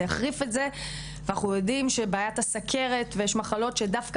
זה יחריף את זה ואנחנו יודעים שבעיית הסכרת ויש מחלוקת שדווקא